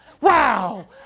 wow